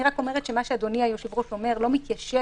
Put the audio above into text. אני רק אומרת שמה שאדוני היושב-ראש אומר לא מתיישב